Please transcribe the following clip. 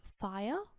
fire